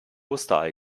osterei